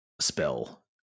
spell